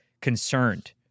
concerned